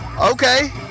Okay